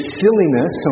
silliness